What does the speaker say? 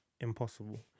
impossible